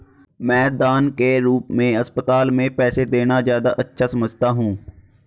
मैं दान के रूप में अस्पताल में पैसे देना ज्यादा अच्छा समझता हूँ